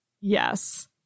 Yes